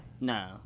No